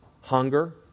hunger